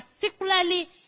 particularly